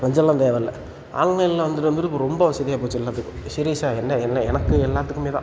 லஞ்சமெல்லாம் தேவைல்ல ஆன்லைனில் வந்தது வந்துட்டு இப்போ ரொம்ப வசதியாக போச்சு எல்லாத்துக்கும் சீரியஸாக என்ன என்ன எனக்கு எல்லாத்துக்குமே தான்